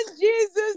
Jesus